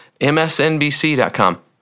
MSNBC.com